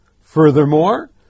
Furthermore